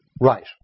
Right